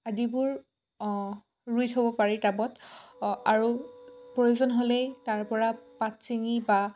আদিবোৰ অঁ ৰুই থ'ব পাৰি টাবত অঁ আৰু প্ৰয়োজন হ'লে তাৰপৰা পাত চিঙি বা